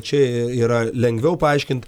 čia yra lengviau paaiškint